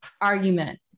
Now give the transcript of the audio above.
argument